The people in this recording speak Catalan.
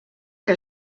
que